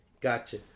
Gotcha